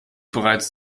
bereits